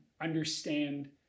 understand